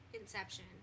Inception